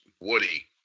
Woody